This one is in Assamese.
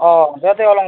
অঁ দে তে ওলাওঁ